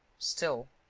still.